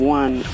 one